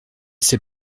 sais